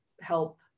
help